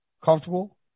comfortable